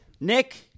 Nick